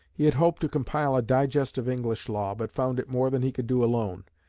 he had hoped to compile a digest of english law, but found it more than he could do alone,